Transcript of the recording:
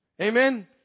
Amen